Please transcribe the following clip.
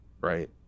right